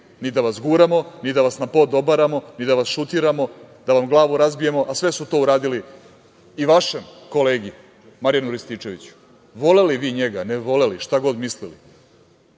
ni da vas guramo, ni da vas na pod obaramo, ni da vas šutiramo, da vam glavu razbijemo, a sve su to uradili i vašem kolegi Marijanu Rističeviću. Voleli vi njega ne voleli, šta god mislili,